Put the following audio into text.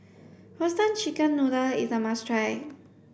roasted chicken noodle is a must try